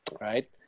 Right